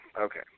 Okay